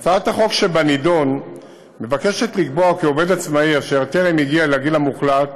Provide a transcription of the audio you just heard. בהצעת החוק שבנדון מוצע לקבוע כי עובד עצמאי אשר טרם הגיע לגיל המוחלט